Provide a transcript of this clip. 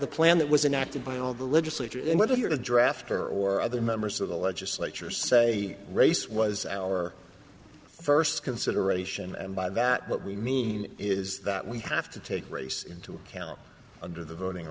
the plan that was enacted by all the legislature in whether you're a drafter or other members of the legislature say race was our first consideration and by that what we mean is that we have to take race into account under the voting